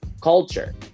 culture